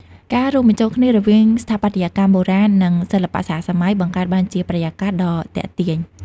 ការរួមបញ្ចូលគ្នារវាងស្ថាបត្យកម្មបុរាណ និងសិល្បៈសហសម័យ បង្កើតបានជាបរិយាកាសដ៏ទាក់ទាញ។